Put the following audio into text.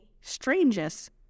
Strangest